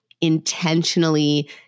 intentionally